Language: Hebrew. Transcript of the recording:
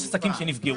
יש אנשים שנפגעו.